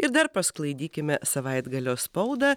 ir dar pasklaidykime savaitgalio spaudą